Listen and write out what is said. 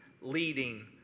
leading